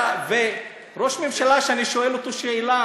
ראש הממשלה, כשאני שואל אותו שאלה